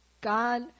God